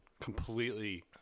completely